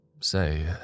Say